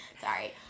Sorry